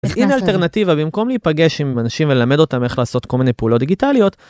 הנה אלטרנטיבה, במקום להיפגש עם אנשים וללמד אותם איך לעשות כל מיני פעולות דיגיטליות.